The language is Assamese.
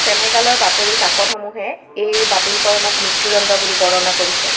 ছেনেগালৰ বাতৰি কাকতসমূহে এই বাতিলকৰণক মৃত্যুদণ্ড বুলি বৰ্ণনা কৰিছে